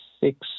six